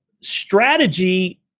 strategy